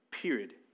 period